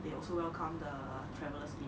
they also welcome the travellers in